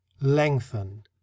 lengthen